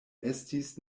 estis